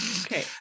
okay